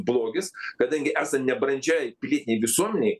blogis kadangi esant nebrandžiai pilietinei visuomenei